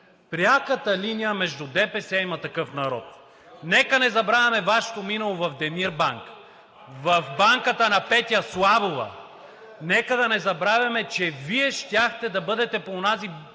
пряката линия между ДПС и „Има такъв народ“. Нека не забравяме Вашето минало в Демирбанк, в банката на Петя Славова. Нека да не забравяме, че Вие щяхте да бъдете по онази бърза